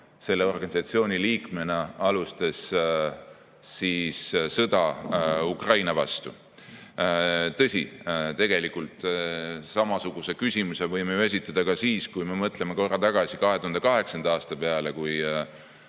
selle organisatsiooni liikmena alustas sõda Ukraina vastu. Tõsi, tegelikult võime me samasuguse küsimuse esitada ka siis, kui me mõtleme korra tagasi 2008. aasta peale, kui